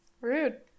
Rude